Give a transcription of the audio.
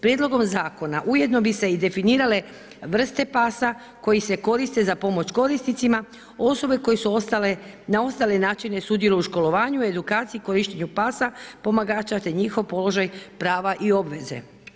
Prijedlogom Zakona, ujedno bi se i definirale vrste pasa koje se koriste za pomoć korisnicima, osobe, koje su ostale, na ostale načine, sudjeluju u školovanju, edukaciji i korištenju pasa pomagača, te njihov položaj, prava i obveze.